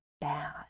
bad